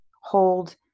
hold